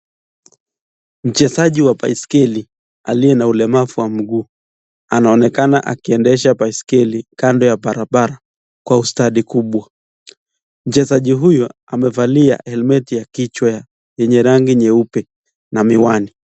Mchezaji wa baiskeli aliye na ulemavu wa mguu, anaonekana akiendesha baiskeli kando ya barabara kwa ustadi kubwa. Mchezaji huyu amevalia helmeti ya kichwa yenye rangi nyeupe na miwani.